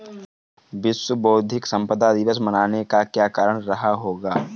विश्व बौद्धिक संपदा दिवस मनाने का क्या कारण रहा होगा?